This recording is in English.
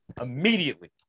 immediately